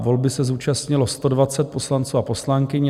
Volby se zúčastnilo 120 poslanců a poslankyň.